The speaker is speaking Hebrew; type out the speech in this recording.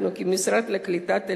אנחנו, כמשרד לקליטת עלייה,